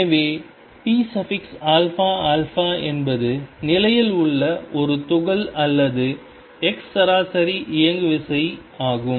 எனவே pαα என்பது நிலையில் உள்ள ஒரு துகள் அல்லது சராசரி இயங்குவிசை ஆகும்